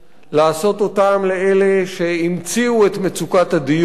לעשות אותם לאלה שהמציאו את מצוקת הדיור,